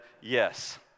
yes